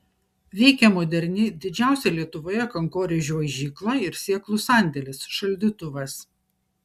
veikia moderni didžiausia lietuvoje kankorėžių aižykla ir sėklų sandėlis šaldytuvas